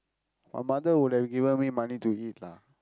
my mother would have given me money to eat lah